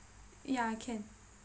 ya I can